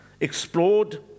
explored